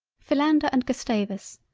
philander and gustavus,